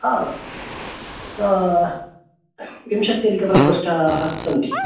हा विंशत्यधिकप्रकोष्ठाः सन्ति